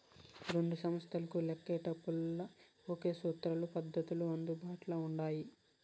రెండు సంస్తలకు లెక్కేటపుల్ల ఒకే సూత్రాలు, పద్దతులు అందుబాట్ల ఉండాయి